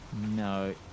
No